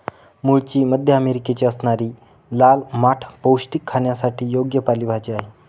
मूळची मध्य अमेरिकेची असणारी लाल माठ पौष्टिक, खाण्यासाठी योग्य पालेभाजी आहे